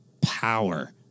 power